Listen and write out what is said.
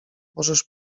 możesz